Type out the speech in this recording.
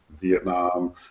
Vietnam